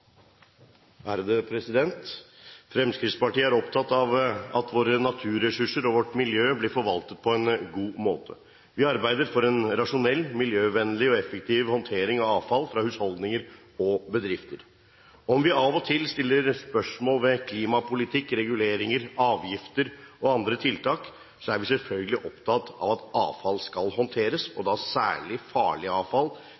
måte. Vi arbeider for en rasjonell, miljøvennlig og effektiv håndtering av avfall fra husholdninger og bedrifter. Selv om vi av og til stiller spørsmål ved klimapolitikk, reguleringer, avgifter og andre tiltak, er vi selvfølgelig opptatt av at avfall skal håndteres,